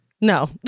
no